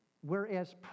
Whereas